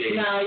no